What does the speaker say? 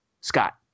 Scott